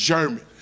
German